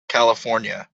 california